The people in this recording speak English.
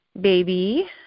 baby